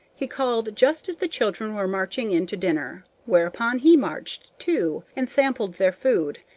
he called just as the children were marching in to dinner, whereupon he marched, too, and sampled their food,